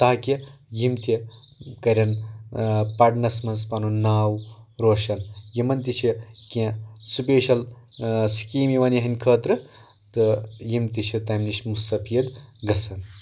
تاکِہ یِم تہِ کَرَن پرنَس منٛز پَنُن ناو روشَن یِمَن تہِ چھِ کینٛہہ سپیشل سِکیٖم یِوان یِہٕںٛدۍ خٲطرٕ تہٕ یِم تہِ چھِ تَمہِ نِش مُستٔفیٖد گَژھان